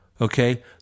Okay